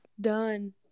done